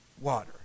water